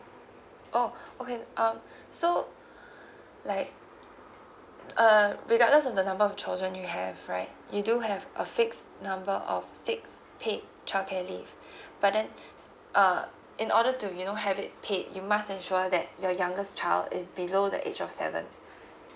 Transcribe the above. oh okay um so like uh regardless of the number of children you have right you do have a fixed number of six paid child care leave but then uh in order to you know have it paid you must ensure that your youngest child is below the age of seven